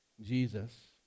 Jesus